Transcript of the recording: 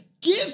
Give